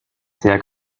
sehr